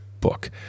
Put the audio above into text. book